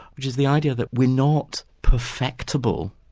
which is the idea that we're not perfectable.